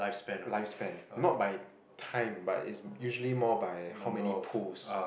lifespan not by time but it's usually more by how many pulls